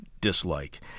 dislike